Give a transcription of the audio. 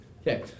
Okay